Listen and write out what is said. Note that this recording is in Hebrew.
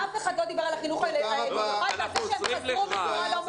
אף אחד לא דיבר על החינוך המיוחד ועל זה שהם חזרו בצורה לא מושלמת.